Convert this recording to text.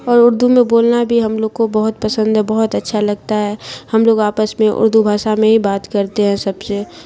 اور اردو میں بولنا بھی ہم لوگ کو بہت پسند ہے بہت اچھا لگتا ہے ہم لوگ آپس میں اردو بھاشا میں ہی بات کرتے ہیں سب سے